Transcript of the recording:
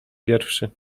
pierwszy